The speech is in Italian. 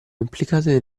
implicate